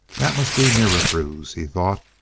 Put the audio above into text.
that must be mihrafruz he thought,